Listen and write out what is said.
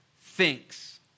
thinks